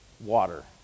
water